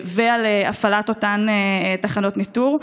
ועל הפעלת אותן תחנות ניטור,